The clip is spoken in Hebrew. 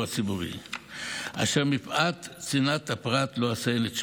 הציבורי אשר מפאת צנעת הפרט לא אציין את שמו.